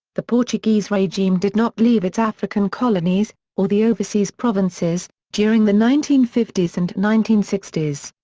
the portuguese regime did not leave its african colonies, or the overseas provinces, during the nineteen fifty s and nineteen sixty s.